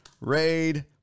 Raid